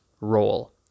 role